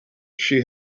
she